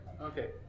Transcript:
Okay